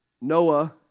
Noah